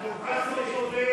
אתה כל כך לא צודק.